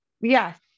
Yes